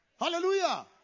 Hallelujah